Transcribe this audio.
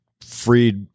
freed